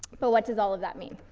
but what does all of that mean?